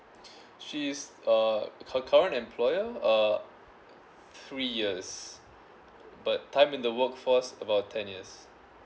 she's uh her current employer uh three years but time in the workforce about ten years